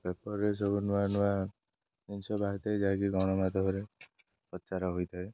ପେପରରେ ଏ ସବୁ ନୂଆ ନୂଆ ଜିନିଷ ବାହାରିଥାଏ ଯାହାକି ଗଣମାଧ୍ୟମରେ ପ୍ରଚାର ହୋଇଥାଏ